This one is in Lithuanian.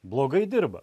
blogai dirba